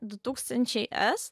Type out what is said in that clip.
du tūkstančiai s